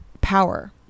power